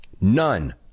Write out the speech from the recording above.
None